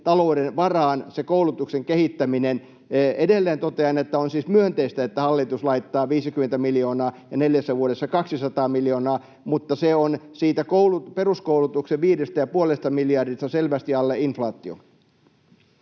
talouden varaan. Edelleen totean, että on siis myönteistä, että hallitus laittaa 50 miljoonaa ja neljässä vuodessa 200 miljoonaa, mutta se on siitä peruskoulutuksen 5,5 miljardista selvästi alle inflaation.